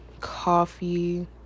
coffee